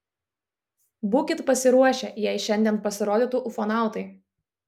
būkit pasiruošę jei šiandien pasirodytų ufonautai